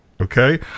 Okay